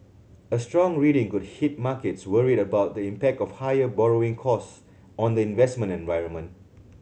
a strong reading could hit markets worried about the impact of higher borrowing costs on the investment environment